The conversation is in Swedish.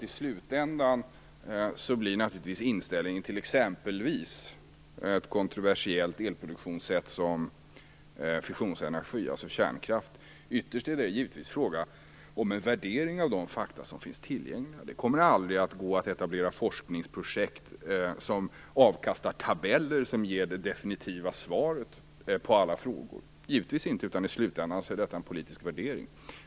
I slutändan blir naturligtvis inställningen till exempelvis ett kontroversiellt elproduktionssätt som fusionsenergi, alltså kärnkraft, fråga om en värdering av de fakta som finns tillgängliga. Det kommer aldrig vara möjligt att etablera forskningsprojekt som avkastar tabeller med det definitiva svaret på alla frågor. Givetvis blir det en politisk värdering.